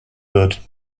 wird